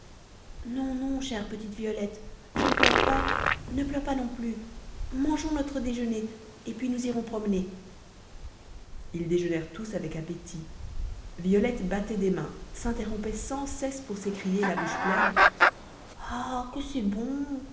non non chère petite violette je ne pleure pas ne pleure pas non plus mangeons notre déjeuner et puis nous irons promener ils déjeunèrent tous avec appétit violette battait des mains s'interrompait sans cesse pour s'écrier la bouche pleine ah que c'est bon